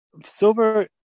Silver